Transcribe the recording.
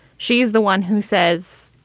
she's the one who says,